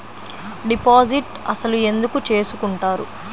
Deposit అసలు ఎందుకు చేసుకుంటారు?